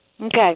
Okay